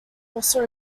also